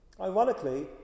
Ironically